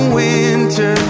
winter